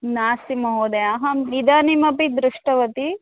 नास्ति महोदय अहम् इदानीमपि दृष्टवती